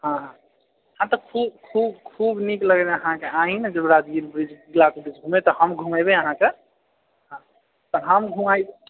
हाँ हाँ तऽ खू खू खूब नीक लागतै अहाँके आही ने राजगीर ग्लास ब्रिज घुमए हम घुमैबे अहाँकेँ हम घुमाइब